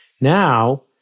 Now